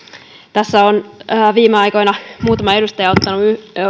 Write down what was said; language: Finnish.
tässä on viime aikoina muutama edustaja ottanut